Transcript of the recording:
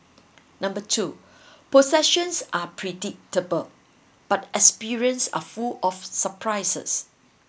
number two possessions are predictable but experience are full of surprises